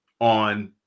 on